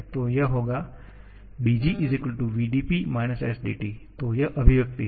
तो यह होगा dg vdP - sdT जो यह अभिव्यक्ति है